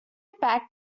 packed